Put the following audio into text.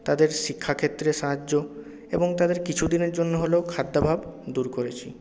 তাদের শিক্ষাক্ষেত্রে সাহায্য এবং তাদের কিছুদিনের জন্য হলেও খাদ্যাভাব দূর করেছি